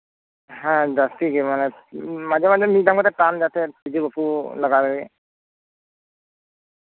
ᱦᱮᱸ ᱡᱟᱥᱛᱤ ᱜᱮ ᱢᱟᱱᱮ ᱢᱟᱡᱷᱮᱼᱢᱟᱡᱷᱮ ᱢᱤᱫ ᱫᱚᱢ ᱠᱟᱛᱮ ᱴᱟᱱ ᱡᱟᱛᱮ ᱛᱤᱡᱩ ᱵᱟᱠᱚ ᱞᱟᱜᱟᱣ ᱫᱟᱲᱮᱣᱟᱜ